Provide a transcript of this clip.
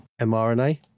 mRNA